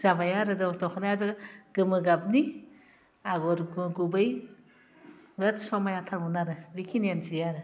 जाबाय आरो ज' दख'नायाथ' गोमो गाबनि आगर गु गुबै बिराथ समायना थारमोन आरो बिखिनियानसै आरो